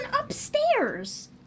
upstairs